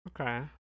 Okay